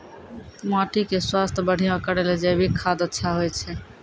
माटी के स्वास्थ्य बढ़िया करै ले जैविक खाद अच्छा होय छै?